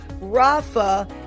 rafa